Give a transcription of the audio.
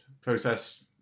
process